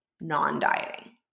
non-dieting